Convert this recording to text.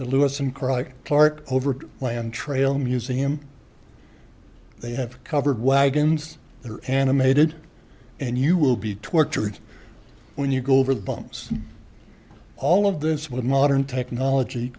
the lewis and crikey clark over land trail museum they have covered wagons they're animated and you will be tortured when you go over the bombs all of this with modern technology